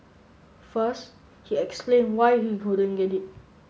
first he explain why he couldn't get it